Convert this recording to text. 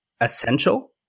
essential